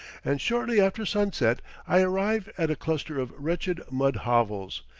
and shortly after sunset i arrive at a cluster of wretched mud hovels,